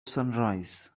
sunrise